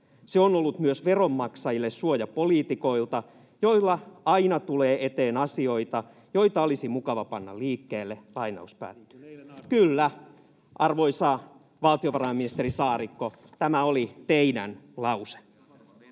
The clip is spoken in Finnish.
Se on ollut myös veronmaksajille suoja poliitikoilta, joilla aina tulee eteen asioita, joita olisi mukava panna liikkeelle.”? [Keskeltä: Adlercreutz?] Kyllä, arvoisa valtiovarainministeri Saarikko, tämä oli teidän lauseenne.